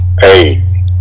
Hey